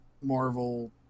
Marvel